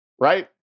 right